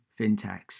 fintechs